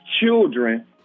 children